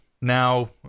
now